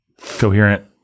Coherent